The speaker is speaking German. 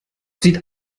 sieht